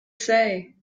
say